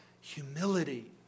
humility